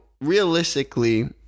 realistically